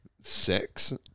Six